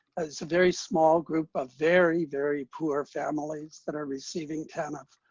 it's a very small group of very, very poor families that are receiving tanf.